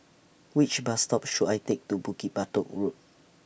Which Bus stop should I Take to Bukit Batok Road